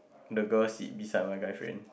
the girl sit beside my guy friend